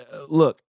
look